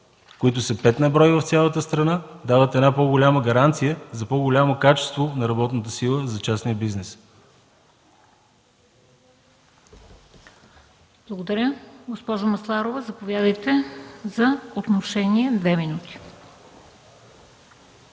които са пет на брой в цялата страна, дават една по-голяма гаранция за по-голямо качество на работната сила за частния бизнес. ПРЕДСЕДАТЕЛ МЕНДА СТОЯНОВА: Благодаря. Госпожо Масларова, заповядайте за отношение – две минути.